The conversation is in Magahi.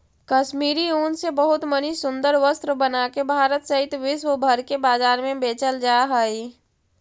कश्मीरी ऊन से बहुत मणि सुन्दर वस्त्र बनाके भारत सहित विश्व भर के बाजार में बेचल जा हई